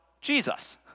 Jesus